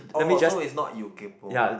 orh so it's not you kaypoh but